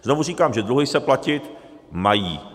Znovu říkám, že dluhy se platit mají.